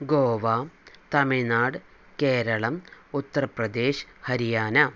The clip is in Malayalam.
ഗോവ തമിഴ്നാട് കേരളം ഉത്തർപ്രദേശ് ഹരിയാന